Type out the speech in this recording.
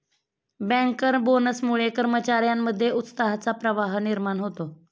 banker बोनसमुळे कर्मचार्यांमध्ये उत्साहाचा प्रवाह निर्माण होतो